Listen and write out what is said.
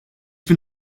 bin